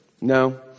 no